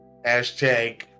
Hashtag